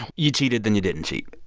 you cheated. then you didn't cheat.